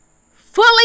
fully